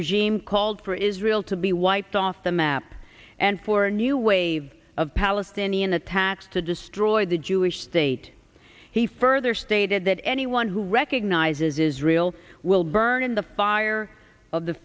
regime called for israel to be wiped off the map and for a new wave of palestinian attacks to destroy the jewish state he further stated that anyone who recognizes israel will burn in the fire of the